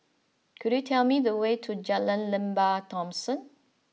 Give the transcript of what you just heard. could you tell me the way to Jalan Lembah Thomson